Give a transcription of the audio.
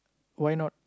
why not